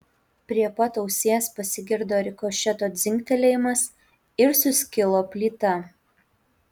prie pat ausies pasigirdo rikošeto dzingtelėjimas ir suskilo plyta